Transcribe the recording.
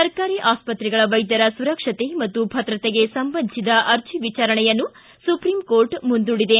ಸರ್ಕಾರಿ ಆಸ್ಪತ್ರೆಗಳ ವೈದ್ಯರ ಸುರಕ್ಷತೆ ಮತ್ತು ಭದ್ರತೆಗೆ ಸಂಬಂಧಿಸಿದ ಅರ್ಜಿ ವಿಚಾರಣೆಯನ್ನು ಸುಪ್ರೀಂ ಕೋರ್ಟ್ ಮುಂದೂಡಿದೆ